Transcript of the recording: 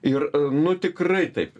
ir nu tikrai taip